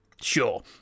Sure